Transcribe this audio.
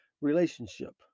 relationship